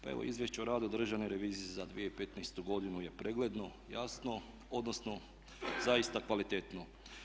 Pa evo izvješće o radu Državne revizije za 2015. godinu je pregledno, jasno odnosno zaista kvalitetno.